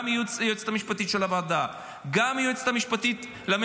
גם היועצת המשפטית של הוועדה,